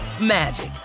magic